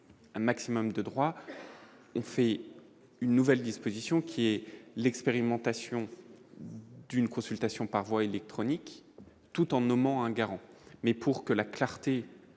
un maximum de droit, on fait une nouvelle disposition qui est l'expérimentation d'une consultation par voie électronique tout en nommant un garant, mais pour que la clarté